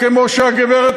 כמו שהגברת